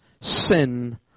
sin